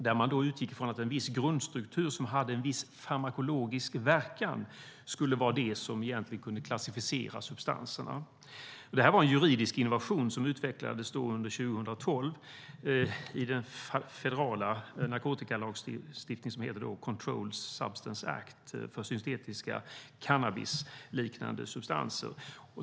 Där utgick man från att en viss grundstruktur som hade en viss farmakologisk verkan skulle vara det som kunde klassificera substanserna. Det var en juridisk innovation som utvecklades under 2012 i den federala narkotikalagstiftning som heter Controlled Substances Act för syntetiska cannabisliknande substanser.